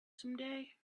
someday